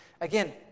Again